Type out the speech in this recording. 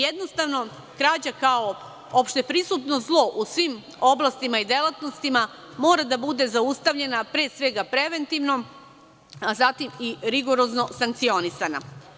Jednostavno krađa kao opšte prisutno zlo u svim oblastima i delatnostima mora da bude zaustavljena, pre svega preventivno, a zatim rigorozno sankcionisana.